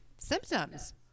symptoms